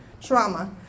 trauma